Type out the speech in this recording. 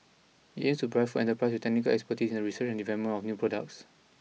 it aims to provide food enterprises with technical expertise in research and development of new products